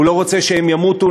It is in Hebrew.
הוא לא רוצה שהם ימותו.